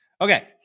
Okay